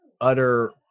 utter